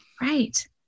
Right